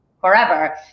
forever